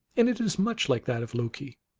and it is much like that of loki.